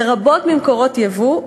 לרבות ממקורות יבוא,